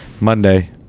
monday